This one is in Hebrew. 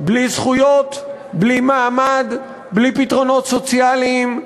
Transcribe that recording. בלי זכויות, בלי מעמד, בלי פתרונות סוציאליים,